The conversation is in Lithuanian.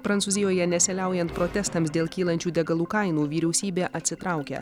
prancūzijoje nesiliaujant protestams dėl kylančių degalų kainų vyriausybė atsitraukia